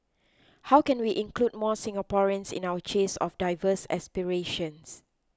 how can we include more Singaporeans in our chase of diverse aspirations